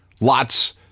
Lots